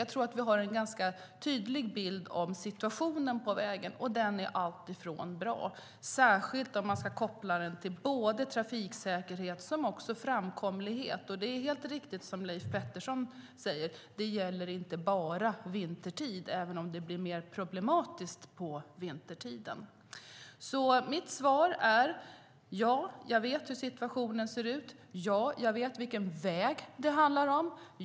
Jag tror att vi har en ganska tydlig bild av situationen på vägen, och den är alltifrån bra, särskilt om man ska koppla den till både trafiksäkerhet och framkomlighet. Det är helt riktigt som Leif Pettersson säger att det inte bara gäller vintertid, även om det blir mer problematiskt på vintern. Mitt svar är: Ja, jag vet hur situationen ser ut. Ja, jag vet vilken väg det handlar om.